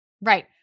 Right